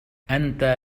أنت